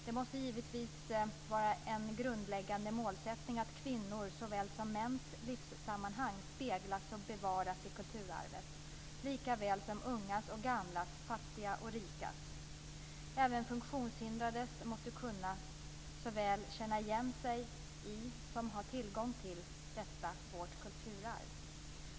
Det måste givetvis vara en grundläggande målsättning att kvinnors såväl som mäns livssammanhang speglas och bevaras i kulturarvet likaväl som ungas och gamlas, fattigas och rikas. Även funktionshindrade måste kunna såväl känna igen sig i som att ha tillgång till detta vårt kulturarv.